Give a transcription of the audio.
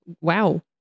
wow